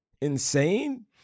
insane